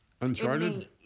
Uncharted